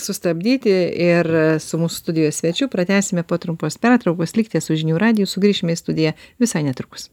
sustabdyti ir su mūsų studijos svečiu pratęsime po trumpos pertraukos likite su žinių radiju sugrįšime į studiją visai netrukus